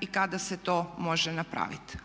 i kada se to može napraviti.